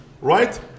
Right